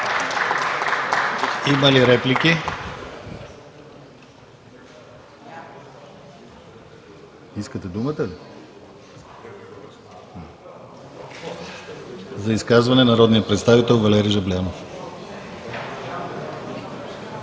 Има ли реплики? Искате думата? За изказване – народният представител Валери Жаблянов.